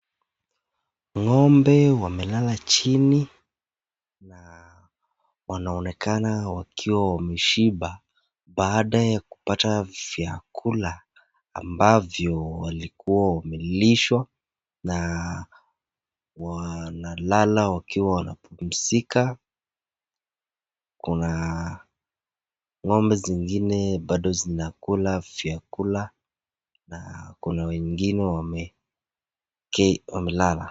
Ng'ombe wamelala chini na wanaonekana wakiwa wameshiba baada ya kupata vyakula ambavyo walikuwa wamelishwa na wanalala wakiwa wanapumzika. Kuna ng'ombe zingine bado zinakula vyakula na kuna wengine wame wamelala.